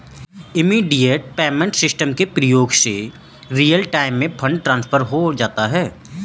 immediate payment system के प्रयोग से रियल टाइम में फंड ट्रांसफर हो जाता है